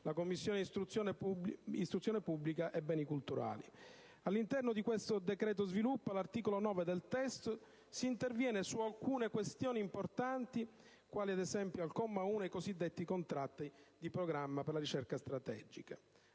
la Commissione istruzione pubblica, beni culturali. All'interno di questo decreto sviluppo, all'articolo 9 del testo, si interviene su alcune questioni importanti quali, ad esempio, al comma 1, i cosiddetti contratti di programma per la ricerca strategica.